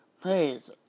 please